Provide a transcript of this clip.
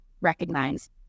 recognize